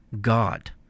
God